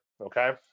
Okay